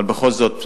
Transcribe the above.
אבל בכל זאת,